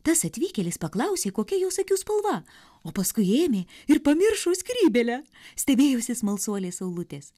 tas atvykėlis paklausė kokia jos akių spalva o paskui ėmė ir pamiršo skrybėlę stebėjosi smalsuolės saulutės